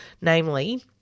namely